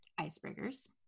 icebreakers